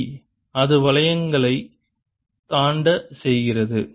D அது வளையங்களை தாண்ட செய்கிறது